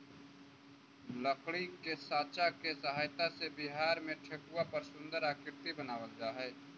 लकड़ी के साँचा के सहायता से बिहार में ठेकुआ पर सुन्दर आकृति बनावल जा हइ